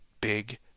big